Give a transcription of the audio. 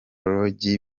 lodge